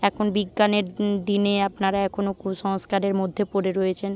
এখন বিজ্ঞানের দিনে আপনারা এখনও কুসংস্কারের মধ্যে পড়ে রয়েছেন